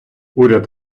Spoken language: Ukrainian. уряд